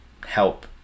help